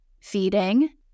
feeding